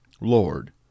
Lord